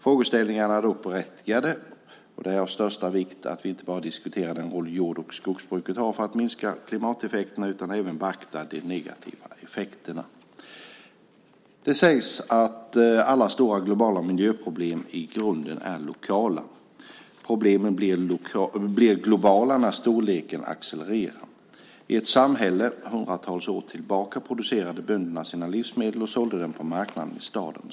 Frågeställningarna är dock berättigade, och det är av stor vikt att vi inte bara diskuterar den roll jord och skogsbruket har för att minska klimateffekterna utan även beaktar de negativa effekterna. Det sägs att alla stora globala miljöproblem i grunden är lokala. Problemen blir globala när storleken accelererar. I ett samhälle hundratalet år tillbaka producerade bönderna sina livsmedel och sålde dem på marknaden i staden.